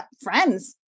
friends